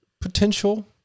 potential